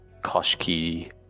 Koshki